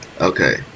Okay